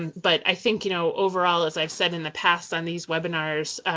but i think you know overall, as i said in the past on these webinars,